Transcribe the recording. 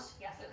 Yes